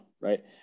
right